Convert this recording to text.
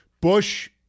Bush